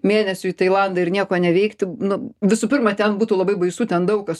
mėnesiui į tailandą ir nieko neveikti nu visų pirma ten būtų labai baisu ten daug kas